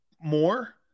more